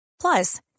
Plus